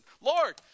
Lord